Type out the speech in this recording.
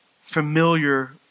familiar